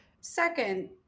second